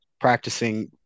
practicing